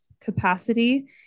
capacity